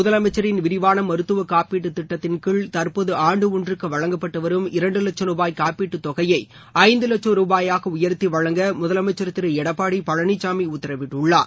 முதலமைச்சின் விரிவான மருத்துவக் காப்பீட்டு திட்டத்தின் கீழ் தற்போது ஆண்டு ஒன்றுக்கு வழங்கப்பட்டு வரும் இரண்டு லட்சம் ரூபாய் காப்பீட்டுத் தொகையை ஐந்து லட்சம் ரூபாயாக உயர்த்தி வழங்க முதலமைச்சள் திரு எடப்பாடி பழனிசாமி உத்தரவிட்டுள்ளார்